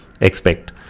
expect